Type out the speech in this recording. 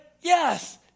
yes